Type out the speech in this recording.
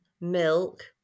milk